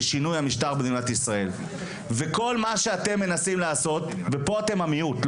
משינוי המשטר במדינת ישראל וכל מה שאתם מנסים לעשות ופה אתם המיעוט,